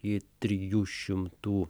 į trijų šimtų